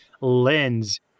lens